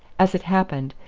as it happened,